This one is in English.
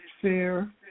fair